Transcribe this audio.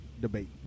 debate